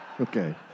Okay